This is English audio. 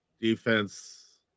defense